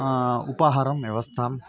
उपाहारं व्यवस्थाम्